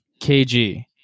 KG